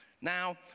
Now